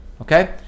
Okay